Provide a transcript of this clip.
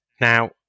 Now